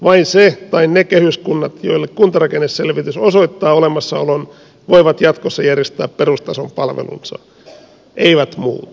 vain se tai ne kehyskunnat joille kuntarakenneselvitys osoittaa olemassaolon voivat jatkossa järjestää perustason palvelunsa eivät muut